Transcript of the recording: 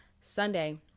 Sunday